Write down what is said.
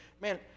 man